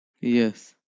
yes